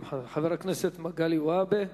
חבר הכנסת מגלי והבה?